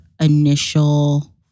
initial